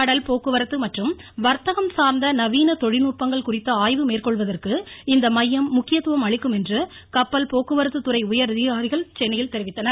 கடல் போக்குவரத்து மற்றும் வர்த்தகம் சார்ந்த நவீன தொழில்நுட்பங்கள் குறித்த ஆய்வு மேற்கொள்வதற்கு இந்த மையம் முக்கியத்துவம் அளிக்கும் என்று கப்பல் போக்குவரத்துத்துறை உயர் அதிகாரிகள் சென்னையில் தெரிவித்தனர்